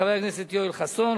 חבר הכנסת יואל חסון,